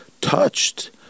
touched